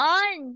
on